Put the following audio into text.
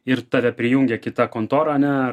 ir tave prijungia kita kontora ane